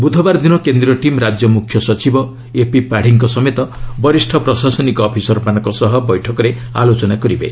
ବୁଧବାର ଦିନ କେନ୍ଦ୍ରୀୟ ଟିମ୍ ରାଜ୍ୟ ମୁଖ୍ୟ ସଚିବ ଏ ପି ପାଢ଼ୀଙ୍କ ସମେତ ବରିଷ୍ଠ ପ୍ରଶାସନିକ ଅଫିସରମାନଙ୍କ ସହ ବୈଠକରେ ଆଲୋଚନା କରିବେ